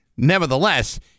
Nevertheless